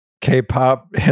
K-pop